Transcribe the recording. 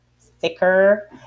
thicker